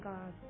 God